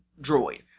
droid